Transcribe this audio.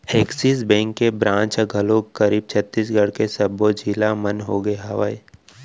Axis bank के branch ह घलोक करीब छत्तीसगढ़ के सब्बो जिला मन होगे हवय